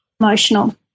emotional